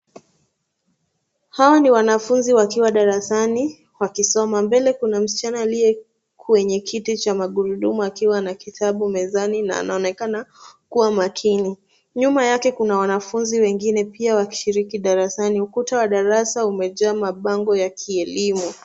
Hawa ni wanafunzi wakiwa darasani, wakisoma. Mbele kuna msichana aliye kwenye kiti cha magurudumu akiwa na kitabu mezani na anaonekana kuwa makini. Nyuma yake kuna wanafunzi wengine pia wakishiriki darasani. Ukuta wa darasa umejaa mabango ya kielimu.